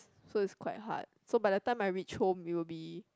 so it's quite hard so by the time I reach home it will be